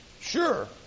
Sure